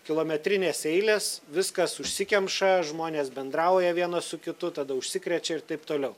kilometrinės eilės viskas užsikemša žmonės bendrauja vienas su kitu tada užsikrečia ir taip toliau